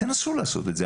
תנסו לעשות את זה.